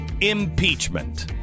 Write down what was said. impeachment